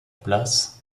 place